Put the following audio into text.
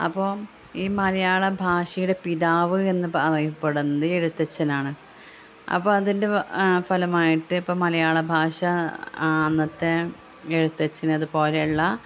അപ്പം ഈ മലയാള ഭാഷയുടെ പിതാവ് എന്ന് പറയപ്പെടുന്നത് എഴുത്തച്ഛനാണ് അപ്പോൾ അതിൻ്റെ ഫലമായിട്ട് ഇപ്പം മലയാള ഭാഷ അന്നത്തെ എഴുത്തച്ഛൻ അതുപോലെയുള്ള